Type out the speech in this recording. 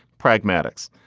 pragmatics.